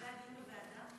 אחרי הדיון בוועדה?